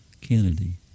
Kennedy